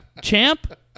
Champ